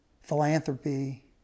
philanthropy